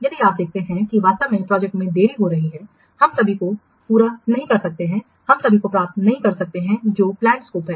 यदि आप देखते हैं कि वास्तव में प्रोजेक्ट में देरी हो रही है हम सभी को पूरा नहीं कर सकते हैं हम सभी को प्राप्त नहीं कर सकते हैं जो प्लैंड स्कोप हैं